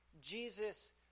Jesus